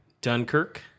Dunkirk